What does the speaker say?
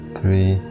three